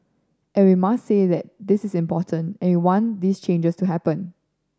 and we must say that this is important and want these changes to happen